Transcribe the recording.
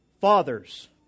fathers